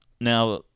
Now